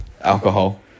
alcohol